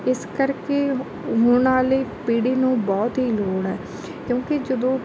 ਇਸ ਕਰਕੇ ਹੁਣ ਵਾਲੀ ਪੀੜ੍ਹੀ ਨੂੰ ਬਹੁਤ ਹੀ ਲੋੜ ਹੈ ਕਿਉਂਕਿ ਜਦੋਂ